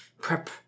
prep